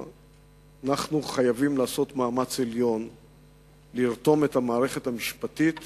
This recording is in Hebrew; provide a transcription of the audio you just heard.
אנחנו חייבים לעשות מאמץ עליון לרתום את המערכת המשפטית